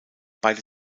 beide